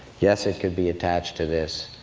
yes, it could be attached to this,